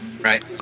right